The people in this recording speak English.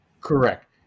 Correct